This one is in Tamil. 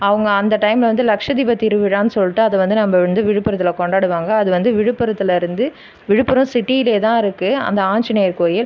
அவங்க அந்த டைம்மில் வந்து லக்ஷதீப திருவிழான்னு சொல்லிட்டு அதை வந்து நம்ப வந்து விழுப்புரத்தில் கொண்டாடுவாங்க அது வந்து விழுப்புரத்துலருந்து விழுப்புரம் சிட்டில தான் இருக்கு அந்த ஆஞ்சிநேயர் கோயில்